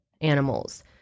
animals